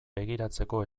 begiratzeko